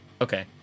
okay